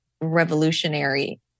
revolutionary